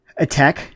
Attack